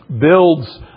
builds